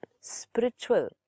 spiritual